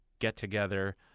get-together